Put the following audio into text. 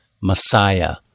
Messiah